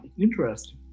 Interesting